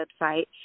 website